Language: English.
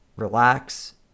relax